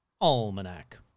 Almanac